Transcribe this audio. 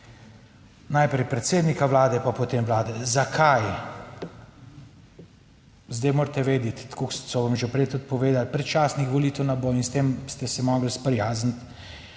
najprej predsednika Vlade pa potem Vlade. Zakaj? Zdaj morate vedeti, tako kot so vam že prej tudi povedali, predčasnih volitev ne bo in s tem ste se morali sprijazniti.